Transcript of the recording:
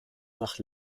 nach